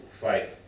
Fight